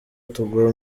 tugwa